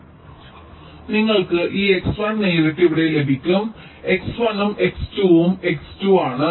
അതിനാൽ നിങ്ങൾക്ക് ഈ X1 നേരിട്ട് ഇവിടെ ലഭിക്കും X1 ഉം X2 ഉം X2 ആണ്